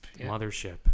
mothership